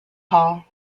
hall